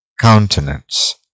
countenance